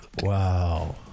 Wow